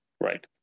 right